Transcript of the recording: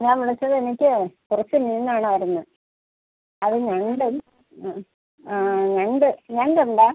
ഞാൻ വിളിച്ചത് എനിക്ക് കുറച്ച് മീൻ വേണമായിരുന്നു അത് ഞണ്ടും ആ ഞണ്ട് ഞണ്ട് ഉണ്ടോ